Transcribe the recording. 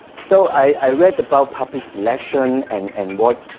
so i read about puppies selection and and what